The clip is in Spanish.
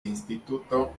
instituto